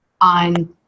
on